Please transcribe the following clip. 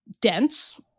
dense